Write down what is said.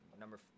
number